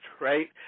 right